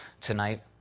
tonight